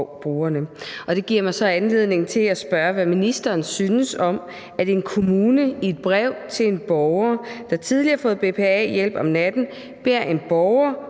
Det giver mig så anledning til at spørge, hvad ministeren synes om, at en kommune i et brev til en borger, der tidligere har fået BPA-hjælp om natten, beder borgeren